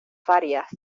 farias